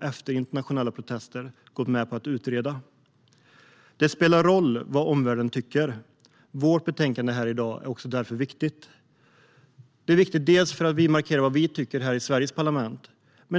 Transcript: efter internationella protester till slut gått med på att utreda. Det spelar roll vad omvärlden tycker. Detta betänkande är därför viktigt. Det är viktigt för att vi markerar vad Sveriges parlament tycker.